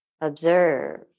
Observe